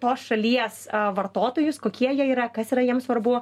tos šalies vartotojus kokie jie yra kas yra jiem svarbu